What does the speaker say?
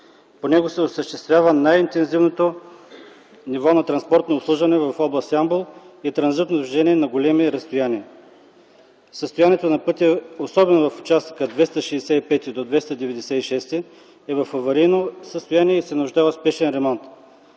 По него се осъществява най-интензивното ниво на транспортно обслужване в област Ямбол и транзитно движение на големи разстояния. Състоянието на пътя, особено в участъка 265 до 296 е в аварийно състояние и се нуждае от спешен ремонт.